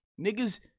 Niggas